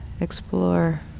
explore